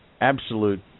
absolute